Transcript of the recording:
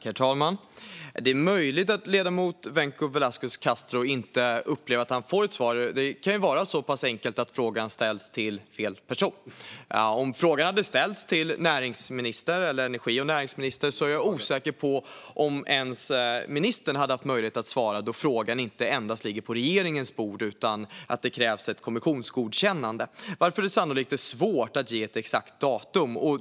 Herr talman! Det är möjligt att ledamoten Vencu Velasquez Castro inte upplever att han får ett svar. Det kan ju vara så pass enkelt som att frågan ställs till fel person. Om frågan hade ställts till energi och näringsministern är jag osäker på om ens ministern hade haft möjlighet att svara då frågan inte endast ligger på regeringens bord utan kräver ett kommissionsgodkännande. Därför är det sannolikt svårt att ge ett exakt datum.